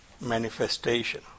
manifestation